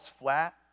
flat